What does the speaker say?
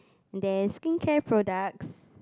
there is skincare products